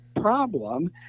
problem